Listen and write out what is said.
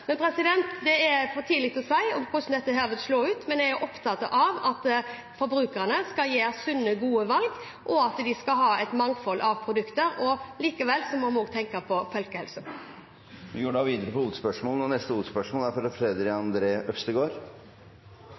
Men det er for tidlig å si hvordan dette vil slå ut. Jeg er opptatt av at forbrukerne skal gjøre sunne, gode valg, og at de skal ha et mangfold av produkter. Vi må også tenke på folkehelsen. Vi går videre til neste hovedspørsmål. Flere har vært inne på det allerede: Vi har fått en ubehagelig påminning om at seksuell trakassering er